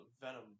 Venom